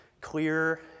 clear